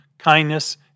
Kindness